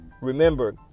Remember